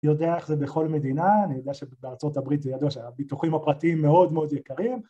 יודע איך זה בכל מדינה, אני יודע שבארה״ב זה ידוע שהביטוחים הפרטיים מאוד מאוד יקרים